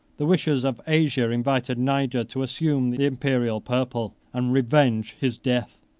the wishes of asia invited niger to assume the imperial purple and revenge his death.